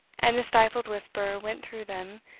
and a stifled whisper went through them,